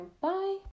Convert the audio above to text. Bye